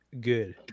good